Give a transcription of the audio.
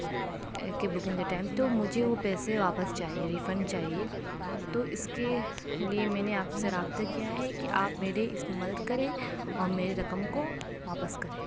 کی بکنگ کے ٹائم تو مجھے وہ پیسے واپس چاہیے ریفنڈ چاہیے تو اِس کے لیے میں نے آپ سے رابطہ کیا ہے کہ آپ میری اِس میں مدد کریں اور میری رقم کو واپس کریں